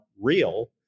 real